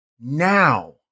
now